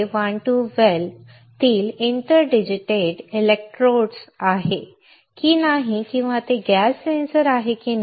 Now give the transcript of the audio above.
हे ASUA12 well तील interdigitated electrode आहे की नाही किंवा ते गॅस सेन्सर आहे की नाही